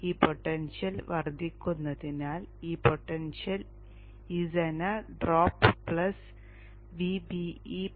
ഈ പൊട്ടൻഷ്യൽ വർദ്ധിക്കുന്നതിനാൽ ഈ പൊട്ടൻഷ്യൽ ഈ സെനർ ഡ്രോപ്പ് പ്ലസ് Vbe 0